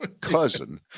cousin